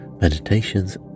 meditations